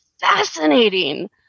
fascinating